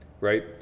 right